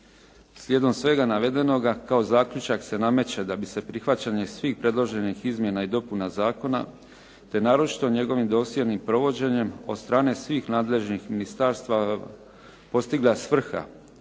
Slijedom svega navedenog kao zaključak se nameće da bi se prihvaćanje svih predloženih izmjena i dopuna zakona, te naročito o njegovim dosljednim provođenjem od strane svih nadležnih ministarstava, postigla svrha,